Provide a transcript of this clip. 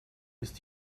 ist